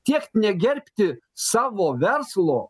tiek negerbti savo verslo